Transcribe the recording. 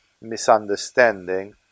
misunderstanding